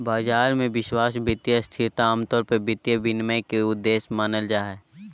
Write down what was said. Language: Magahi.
बाजार मे विश्वास, वित्तीय स्थिरता आमतौर पर वित्तीय विनियमन के उद्देश्य मानल जा हय